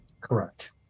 Correct